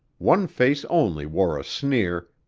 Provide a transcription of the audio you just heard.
one face only wore a sneer,